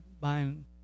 buying